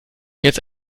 jetzt